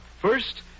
First